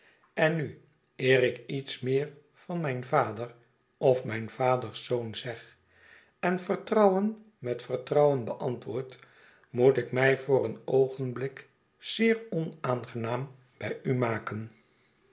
en nu eer ik iets meer van mijn vader of mijn vaders zoon zeg en vertrouwen met vertrouwen beantwoord moet ik mij voor een oogenblik zeer onaangenaam bij u maken